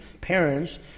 parents